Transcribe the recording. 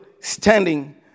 standing